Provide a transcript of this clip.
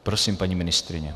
Prosím, paní ministryně.